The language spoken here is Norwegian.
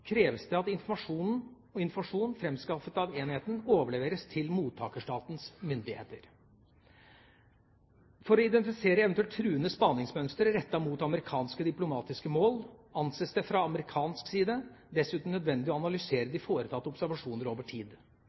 kreves det at informasjon framskaffet av enheten overleveres til mottakerstatens myndigheter. For å identifisere eventuelle truende spaningsmønstre rettet mot amerikanske diplomatiske mål anses det fra amerikansk side dessuten nødvendig å analysere de foretatte observasjoner over tid.